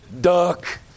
duck